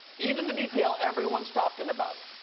even the detail everyone's talking about.